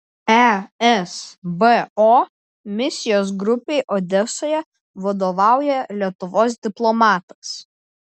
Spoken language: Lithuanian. esbo misijos grupei odesoje vadovauja lietuvos diplomatas